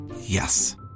Yes